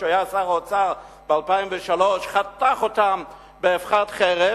כשהוא היה שר האוצר ב-2003 הוא חתך באבחת חרב,